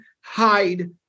hide